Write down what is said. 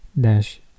dash